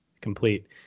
complete